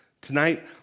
Tonight